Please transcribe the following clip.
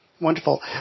Wonderful